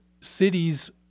cities